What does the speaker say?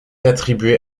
attribuée